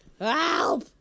Help